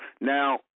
now